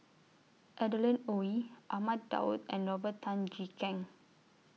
Adeline Ooi Ahmad Daud and Robert Tan Jee Keng